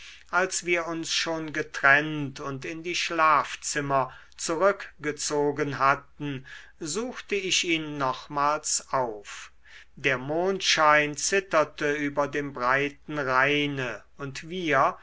als wir uns schon getrennt und in die schlafzimmer zurückgezogen hatten suchte ich ihn nochmals auf der mondschein zitterte über dem breiten rheine und wir